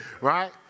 Right